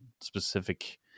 specific